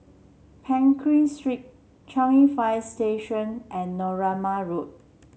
Pekin Street Changi Fire Station and Narooma Road